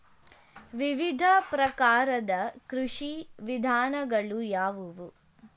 ವಿವಿಧ ಪ್ರಕಾರದ ಕೃಷಿ ವಿಧಾನಗಳು ಯಾವುವು?